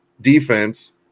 defense